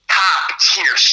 top-tier